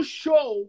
show